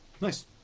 Nice